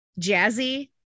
jazzy